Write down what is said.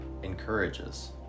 Encourages